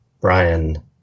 Brian